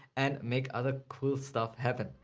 and make other cool stuff happen.